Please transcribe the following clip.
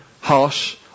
harsh